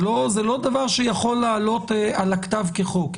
זה לא דבר שיכול לעלות על הכתב כחוק.